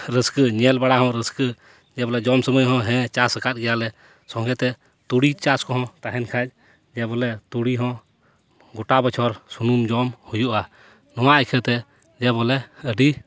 ᱨᱟᱹᱥᱠᱟᱹ ᱧᱮᱞ ᱵᱟᱲᱟ ᱦᱚᱸ ᱨᱟᱹᱥᱠᱟᱹ ᱡᱮᱵᱚᱞᱮ ᱡᱚᱢ ᱥᱩᱢᱟᱹᱭ ᱦᱚᱸ ᱦᱮᱸ ᱪᱟᱥ ᱟᱠᱟᱫ ᱜᱮᱭᱟᱞᱮ ᱥᱚᱝᱜᱮᱛᱮ ᱛᱩᱲᱤ ᱪᱟᱥ ᱠᱚᱦᱚᱸ ᱛᱟᱦᱮᱱ ᱠᱷᱟᱡ ᱡᱮᱵᱚᱞᱮ ᱛᱩᱲᱤ ᱦᱚᱸ ᱜᱚᱴᱟ ᱵᱚᱪᱷᱚᱨ ᱥᱩᱱᱩᱢ ᱡᱚᱢ ᱦᱩᱭᱩᱜᱼᱟ ᱱᱚᱣᱟ ᱤᱠᱷᱟᱹᱛᱮ ᱡᱮᱵᱚᱞᱮ ᱟᱹᱰᱤ